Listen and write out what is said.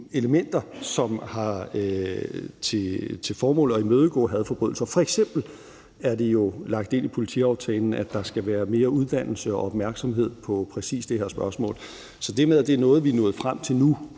elementer, som har til formål at imødegå hadforbrydelser. Det er f.eks. lagt ind i politiaftalen, at der skal være mere uddannelse om og opmærksomhed på præcis det her spørgsmål. Så det med, at det er noget, vi er nået frem til nu,